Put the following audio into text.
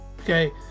Okay